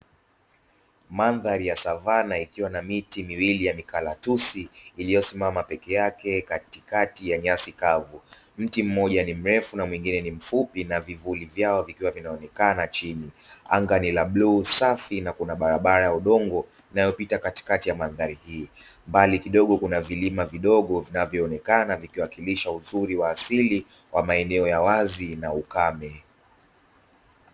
Mandhari ya Savana ikiwa na miti miwili ya mikaratusi ilyosimama peke yake katikati ya nyasi kavu. Mti mmoja ni mrefu na mwingine ni mfupi na vivuli vyao vikionekana chini. Anga ni la bluu safi na kuna barabara ya udongo inayopita katikati ya mandhari hii, mbali kidogo kuna vilima vidogo vinavyo onekana vikiwa wakilisha uzuri wa asili ya maeneo ya wazi na ukame.